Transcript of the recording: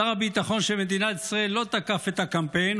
שר הביטחון של מדינת ישראל לא תקף את הקמפיין,